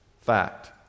fact